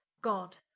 god